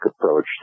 approach